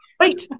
Right